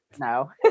No